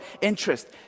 interest